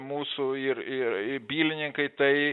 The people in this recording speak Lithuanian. mūsų ir ir ir bylininkai tai